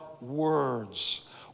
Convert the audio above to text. words